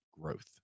growth